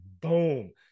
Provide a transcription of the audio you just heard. boom